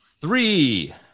three